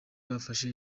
bafashe